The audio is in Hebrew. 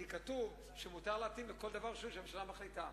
כי כתוב שמותר לו להתאים לכל דבר שהוא שהממשלה מחליטה.